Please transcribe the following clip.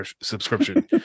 subscription